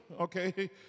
okay